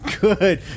Good